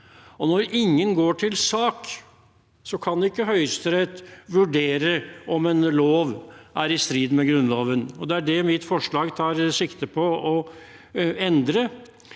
når ingen går til sak, kan ikke Høyesterett vurdere om en lov er i strid med Grunnloven. Det er det mitt forslag tar sikte på å endre,